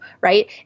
right